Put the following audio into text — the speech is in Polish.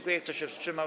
Kto się wstrzymał?